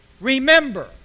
remember